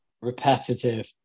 Repetitive